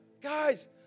guys